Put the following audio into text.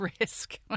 risk